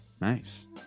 Nice